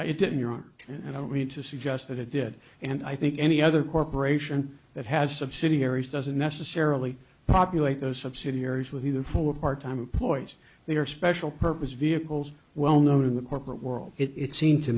i didn't your own and only to suggest that it did and i think any other corporation that has subsidiaries doesn't necessarily populate those subsidiaries with either full or part time employees they are special purpose vehicles well known in the corporate world it seemed to